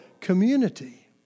community